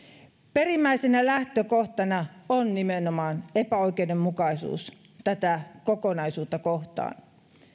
perimmäisenä lähtökohtana on nimenomaan epäoikeudenmukaisuus tätä kokonaisuutta kohtaan